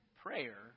prayer